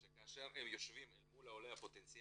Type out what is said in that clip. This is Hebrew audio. שכאשר הם יושבים אל מול העולה הפוטנציאלי,